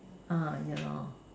uh yeah lor